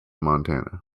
montana